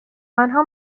آنها